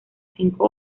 cinco